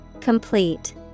Complete